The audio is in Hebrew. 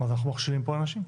אז אנחנו מכשילים פה אנשים.